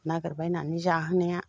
नागिरबायनानै जाहोनाया